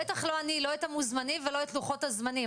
בטח לא אני - לא את המוזמנים ולא את לוחות הזמנים.